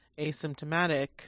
asymptomatic